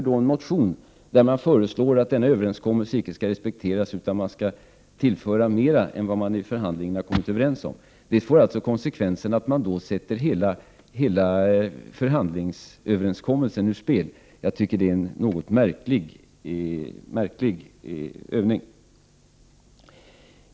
Nu kommer en motion med förslag om att denna överenskommelse icke skall respekteras utan att det skall tillföras mer än vad man har kommit överens om i förhandlingarna. Det får konsekvensen att hela förhandlingsöverenskommelsen sätts ur spel. Det är en något märklig övning.